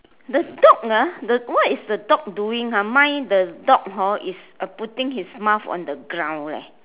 the dog ah the what is the dog doing ah mine the dog hor is putting his mouth on the ground leh